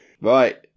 Right